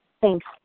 Thanks